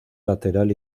lateral